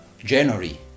January